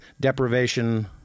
deprivation